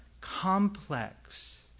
complex